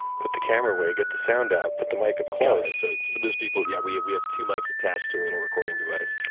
put the camera away, get the sound out, put the mike up close, ah for those people, yeah, we we have two mikes attached to a little recording device.